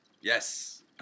Yes